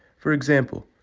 for example,